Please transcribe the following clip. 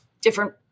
different